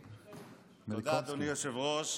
תודה, אדוני היושב-ראש.